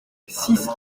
six